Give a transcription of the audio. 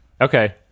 okay